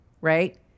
Right